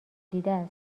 دیده